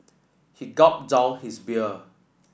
he gulped down his beer